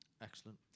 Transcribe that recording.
excellent